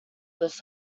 this